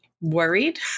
worried